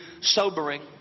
sobering